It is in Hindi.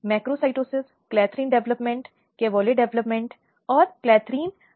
जैसा कि हमने कहा कि बच्चों के खिलाफ यौन अपराधों के संरक्षण में विभिन्न उपाय शामिल हैं